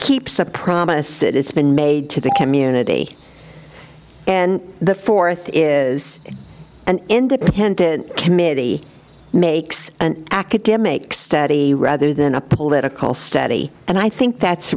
keeps a promise it has been made to the community and the fourth is an independent committee makes an academic study rather than a political study and i think that's